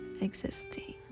Existing